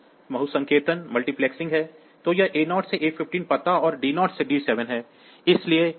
तो यह A0 से A15 पता और D0 से D7 है इसलिए यह गैर बहुसंकेतित पहुंच है